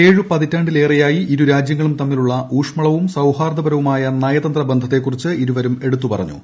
ഏഴു പതിറ്റാണ്ടിലേറെയായി ഇരു രാജ്യങ്ങളും തമ്മിലുള്ള ഊഷ്മളവും സൌഹാർദ്ദപരവുമായ നയതന്ത്ര ബന്ധത്തെക്കുറിച്ച് ഇരുവരും എടുത്തുപറഞ്ഞു